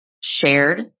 shared